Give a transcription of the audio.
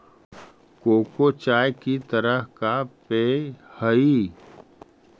cocoa चाय की तरह का पेय हई